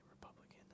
Republican